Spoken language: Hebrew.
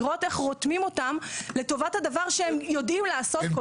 לראות איך רותמים אותם לטובת הדבר שהם יודעים לעשות כל כך טוב.